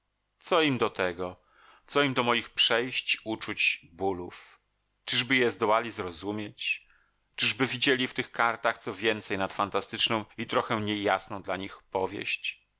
co im do tego co im do moich przejść uczuć bólów czyżby je zdołali zrozumieć czyżby widzieli w tych kartach co więcej nad fantastyczną i trochę niejasną dla nich powieść